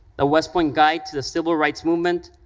the west point guide to the civil rights movement,